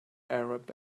arab